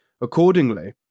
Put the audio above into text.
Accordingly